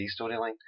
storyline